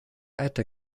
eiter